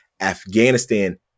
Afghanistan